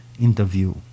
interview